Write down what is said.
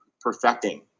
perfecting